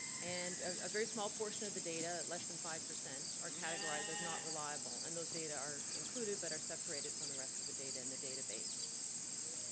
and a very small portion of the data less than five percent are categorized as not reliable and those data are included but are separated from the rest of the data in the database.